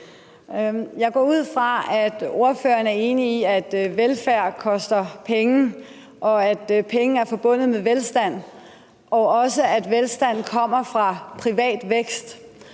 Jeg går ud fra, at ordføreren er enig i, at velfærd koster penge, og at penge er forbundet med velstand, og at velstand også kommer fra privat vækst.